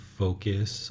focus